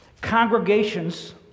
Congregations